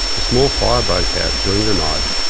a small fire broke out during the night,